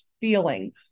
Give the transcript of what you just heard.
feeling